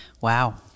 Wow